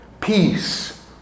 peace